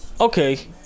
okay